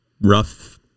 rough